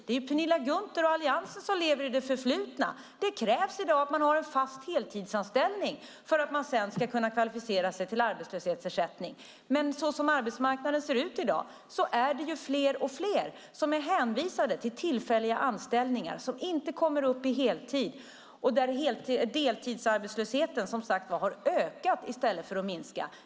Det är Penilla Gunther och Alliansen som lever i det förflutna. I dag krävs det att man har en fast heltidsanställning för att man sedan ska kunna kvalificera sig till arbetslöshetsersättning, men så som arbetsmarknaden ser ut i dag är det fler och fler som är hänvisade till tillfälliga anställningar, som inte kommer upp i heltid och där deltidsarbetslösheten som sagt har ökat i stället för att minska.